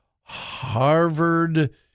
Harvard